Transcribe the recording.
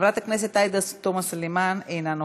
חברת הכנסת עאידה תומא סלימאן, אינה נוכחת,